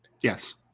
Yes